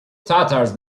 tatars